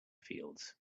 fields